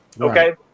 Okay